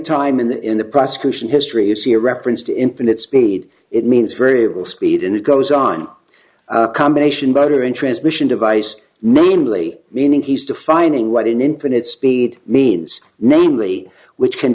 time in the in the prosecution history it see a reference to infinite speed it means variable speed and it goes on combination voter interest mission device namely meaning he's defining what an infinite speed means namely which can